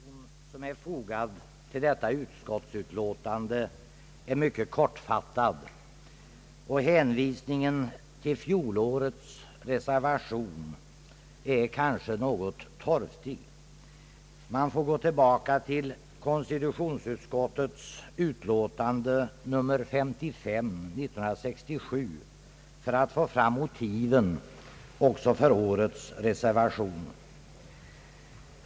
Herr talman! Den reservation som är fogad till detta utskottsutlåtande är mycket kortfattad, och hänvisningen till fjolårets reservation är kanske något torftig. Man får gå tillbaka till konstitutionsutskottets utlåtande nr 55 år 1967 för att få fram motiven också för årets reservation.